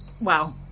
Wow